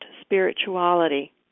spirituality